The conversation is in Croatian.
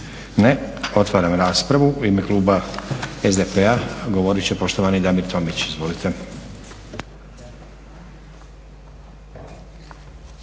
Ne. Otvaram raspravu. U ime kluba SDP-a govoriti će poštovani Damir Tomić, izvolite.